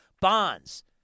Bonds